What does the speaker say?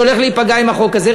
שהולך להיפגע עם החוק הזה.